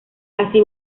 así